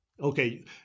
Okay